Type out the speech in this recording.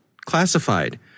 classified